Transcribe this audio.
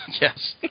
Yes